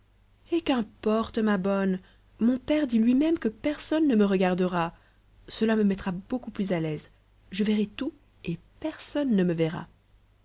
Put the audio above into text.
eh qu'importe ma bonne mon père dit lui-même que personne ne me regardera cela me mettra beaucoup plus à l'aise je verrai tout et personne ne me verra